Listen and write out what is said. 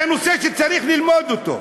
זה נושא שצריך ללמוד אותו.